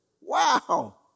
Wow